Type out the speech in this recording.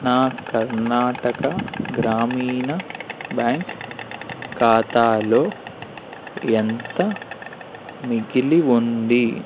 నా కర్ణాటక గ్రామీణ బ్యాంక్ ఖాతాలో ఎంత మిగిలి ఉంది